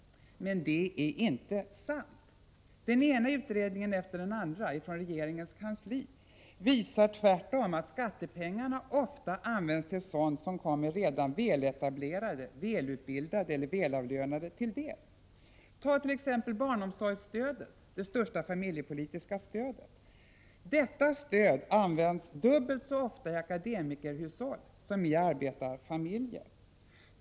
Men det är inte sant. Den ena utredningen efter den andra från regeringens kansli visar tvärtom att skattepengarna ofta används till sådant som kommer redan väletablerade, välutbildade eller välavlönade till del. Ta t.ex. barnomsorgsstödet, det största familjepolitiska stödet! Detta stöd används dubbelt så ofta i akademikerhushåll som i arbetarhushåll.